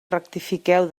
rectifiqueu